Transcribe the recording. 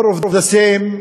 more of the same,